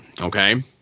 okay